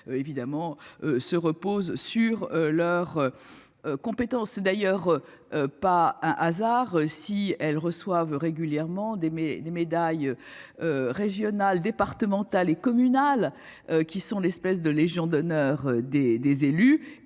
évidemment se reposent sur leurs. Compétences et d'ailleurs. Pas un hasard si elles reçoivent régulièrement des mais des médailles. Régionales, départementales et communales qui sont l'espèce de Légion d'honneur des des